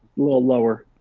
little lower.